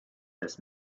this